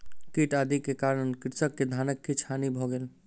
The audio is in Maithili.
कीट आदि के कारण कृषक के धानक किछ हानि भ गेल